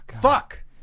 Fuck